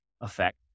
effect